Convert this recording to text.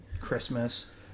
Christmas